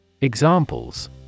Examples